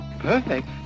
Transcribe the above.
Perfect